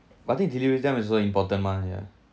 but then deliver time also important mah ya